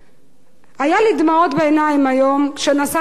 היו לי דמעות בעיניים היום כשנסעתי אתו ברכב.